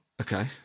Okay